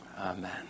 Amen